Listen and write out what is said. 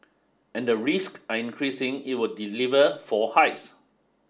and the risk are increasing it will deliver four hikes